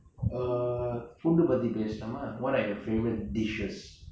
err food பத்தி பேசலாமா:paththi pesalaamaa what are your favourite dishes